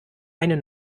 eine